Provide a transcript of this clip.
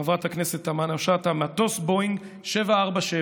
חברת הכנסת תמנו-שטה: מטוס בואינג 747,